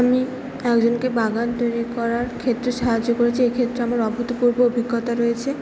আমি একজনকে বাগান তৈরি করার ক্ষেত্রে সাহায্য করেছি এক্ষেত্রে আমার অভূতপূর্ব অভিজ্ঞতা রয়েছে